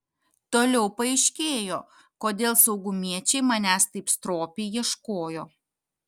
toliau paaiškėjo kodėl saugumiečiai manęs taip stropiai ieškojo